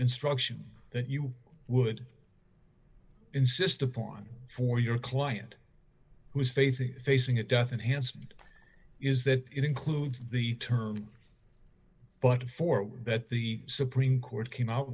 instruction that you would insist upon for your client who is facing facing a death and hansen is that include the term but for that the supreme court ca